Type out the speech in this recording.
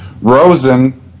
Rosen